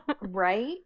Right